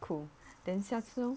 cool then 下次哦